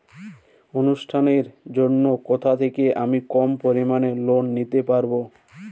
অনুষ্ঠানের জন্য কোথা থেকে আমি কম পরিমাণের লোন নিতে পারব?